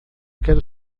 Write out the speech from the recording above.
quero